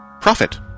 Profit